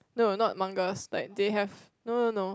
no not muggles like they have no no no